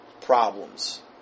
problems